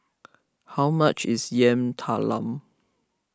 how much is Yam Talam